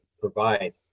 provide